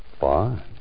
fine